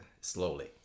slowly